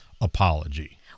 apology